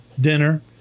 dinner